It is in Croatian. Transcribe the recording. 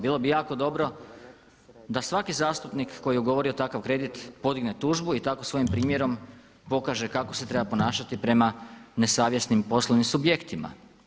Bilo bi jako dobro da svaki zastupnik koji je ugovorio takav kredit podigne tužbu i tako svojim primjerom pokaže kako se treba ponašati prema nesavjesnim poslovnim subjektima.